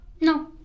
No